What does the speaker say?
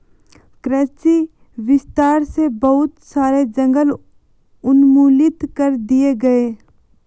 कृषि विस्तार से बहुत सारे जंगल उन्मूलित कर दिए गए